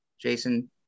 Jason